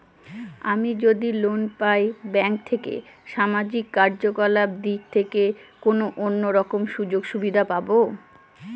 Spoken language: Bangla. আমি যদি লোন পাই ব্যাংক থেকে সামাজিক কার্যকলাপ দিক থেকে কোনো অন্য রকম সুযোগ সুবিধা পাবো?